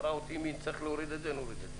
אם נצטרך, נוריד את זה.